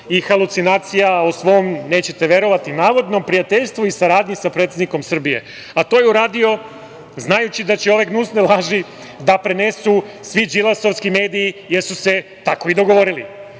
i halucinacija, o svom, nećete verovati, navodnom prijateljstvu i saradnji sa predsednikom Srbije. To je uradio znajući da će ove gnusne laži da prenesu svi Đilasovski mediji, jer su se tako i dogovorili.I